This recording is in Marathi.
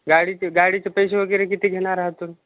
गाडीचे गाडीचे पैसे वगैरे किती घेणार आहात तुम्ही